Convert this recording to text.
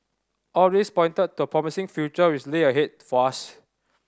all this pointed to a promising future which lay ahead for us